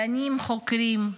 מדענים, חוקרים,